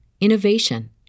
innovation